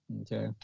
Okay